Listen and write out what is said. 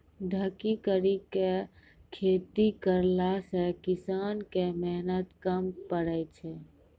ढकी करी के खेती करला से किसान के मेहनत कम पड़ै छै